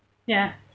ya